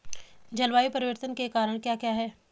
जलवायु परिवर्तन के कारण क्या क्या हैं?